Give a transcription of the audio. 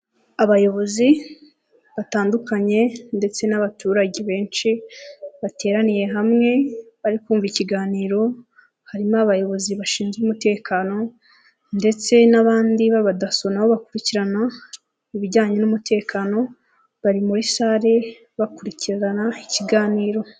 Abayobozi batandukanye ndetse n'abaturage benshi bateraniye hamwe bari kumva ikiganiro, harimo abayobozi bashinzwe umutekano ndetse n'abandi b'abadaso na bo bakurikirana ibijyanye n'umutekano, bari muri sale bakurikirana ikiganiro.